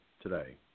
today